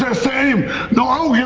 ah same know i'll